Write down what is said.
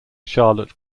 charlotte